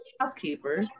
housekeeper